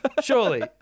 Surely